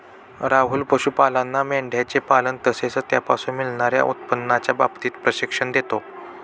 राहुल पशुपालांना मेंढयांचे पालन तसेच त्यापासून मिळणार्या उत्पन्नाच्या बाबतीत प्रशिक्षण देतो